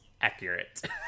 accurate